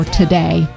today